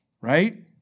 Right